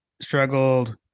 struggled